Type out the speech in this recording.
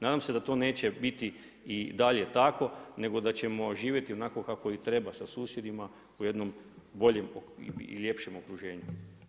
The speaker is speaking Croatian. Nadam se da to neće biti i dalje tako nego da ćemo živjeti onako kako i treba, sa susjedima u jednom boljem i ljepšem okruženju.